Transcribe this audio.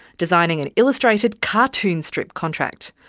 designing an illustrated cartoon strip contract.